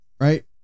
Right